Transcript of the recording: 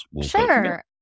Sure